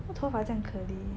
他头发这样 curly